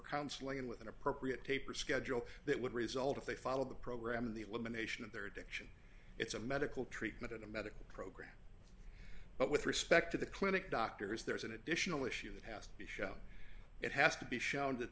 counseling with an appropriate taper schedule that would result if they follow the program in the elimination of their addiction it's a medical treatment and a medical approach but with respect to the clinic doctors there's an additional issue that has to be shown it has to be shown that